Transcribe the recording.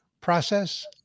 process